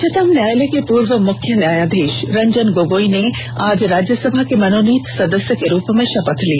उच्चतम न्यायालय के पूर्व मुख्य न्यायाधीश रंजन गोगोई ने आज राज्यसभा के मनोनीत सदस्य के रूप में शपथ ली